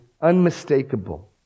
unmistakable